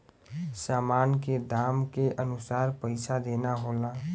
सामान के दाम के अनुसार पइसा देना होला